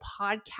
podcast